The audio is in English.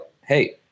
Hey